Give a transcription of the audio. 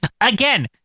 Again